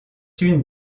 une